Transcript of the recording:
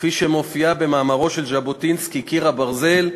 כפי שמופיעה במאמרו של ז'בוטינסקי "קיר הברזל",